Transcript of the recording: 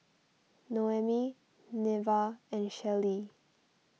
Noemi Neva and Shellie